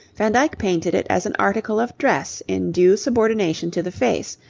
van dyck painted it as an article of dress in due subordination to the face,